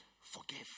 forgive